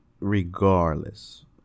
Regardless